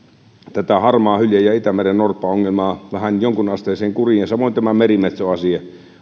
tätä harmaahylje ja itämerennorppaongelmaa vähän jonkunasteiseen kuriin samoin tämän merimetsoasian